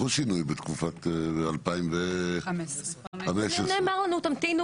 ערכו שינוי בשנת 2015. נאמר לנו שנמתין,